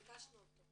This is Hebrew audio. כי אנחנו ביקשנו אותו.